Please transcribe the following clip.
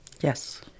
Yes